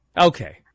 Okay